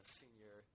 senior